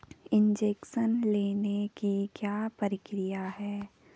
Education loan की क्या प्रक्रिया है?